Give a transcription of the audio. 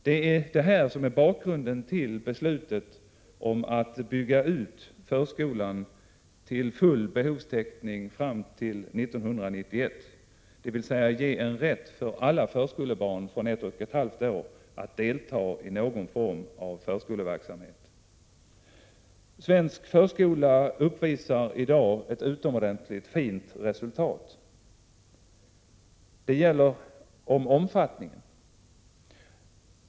Det är detta som är bakgrunden till beslutet att bygga ut förskolan till full behovstäckning fram till 1991, dvs. ge en rätt för alla förskolebarn från ett och ett halvt år att delta i någon form av förskoleverksamhet. Svensk förskola uppvisar i dag ett utomordentligt fint resultat när det gäller omfattningen.